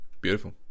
beautiful